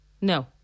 No